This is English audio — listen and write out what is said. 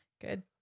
Good